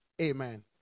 Amen